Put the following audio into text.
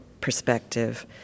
perspective